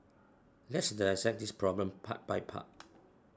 let's dissect this problem part by part